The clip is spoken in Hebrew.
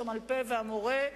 המרפא והמורה.